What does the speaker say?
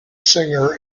singer